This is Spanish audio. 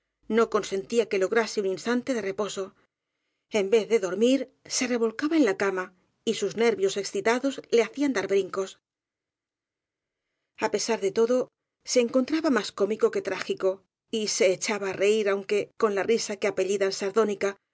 no consentía que lograse un instante de reposo en vez de dormir se revolcaba en la cama y sus nervios excitados le hacían dar brincos a pesar de todo se encontraba más cómico que trágico y se echaba á reir aunque con la risa que apellidan sardónica